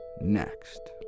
next